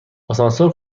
آسانسور